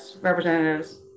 representatives